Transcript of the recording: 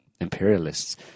imperialists